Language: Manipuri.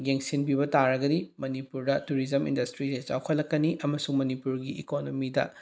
ꯌꯦꯡꯁꯤꯟꯕꯤꯕ ꯇꯥꯔꯒꯗꯤ ꯃꯅꯤꯄꯨꯔꯗ ꯇꯨꯔꯤꯖꯝ ꯏꯟꯗꯁꯇ꯭ꯔꯤꯁꯦ ꯆꯥꯎꯈꯠꯂꯛꯀꯅꯤ ꯑꯃꯁꯨꯡ ꯃꯅꯤꯄꯨꯔꯒꯤ ꯏꯀꯣꯅꯣꯃꯤꯗ